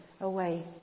away